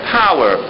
power